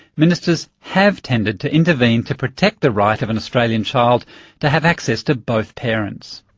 ministers have tended to intervene to protect the right of an australian child to have access to both parents.